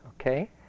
okay